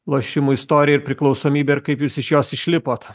lošimų istoriją ir priklausomybę kaip jūs iš jos išlipot